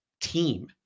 team